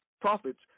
profits